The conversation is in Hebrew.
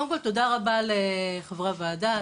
קודם כל לחברי הוועדה,